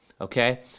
okay